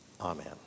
Amen